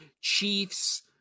Chiefs